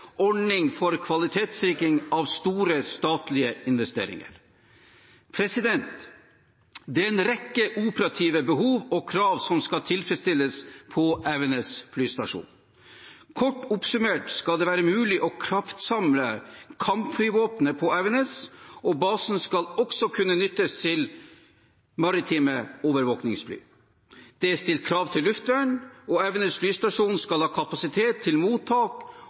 ordning for kvalitetssikring av store statlige investeringer. Det er en rekke operative behov og krav som skal tilfredsstilles på Evenes flystasjon. Kort oppsummert skal det være mulig å kraftsamle kampflyvåpenet på Evenes, og basen skal også kunne nyttes til maritime overvåkningsfly. Det er stilt krav til luftvern, og Evenes flystasjon skal ha kapasitet til mottak